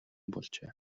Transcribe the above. болжээ